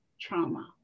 trauma